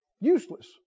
Useless